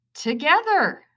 together